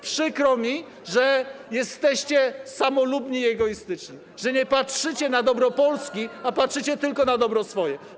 Przykro mi, że jesteście samolubni i egoistyczni, że nie patrzycie na dobro Polski, patrzycie tylko na swoje dobro.